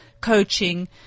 coaching